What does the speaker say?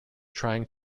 trying